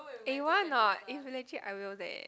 eh you want or not if legit I will eh